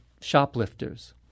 shoplifters